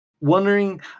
wondering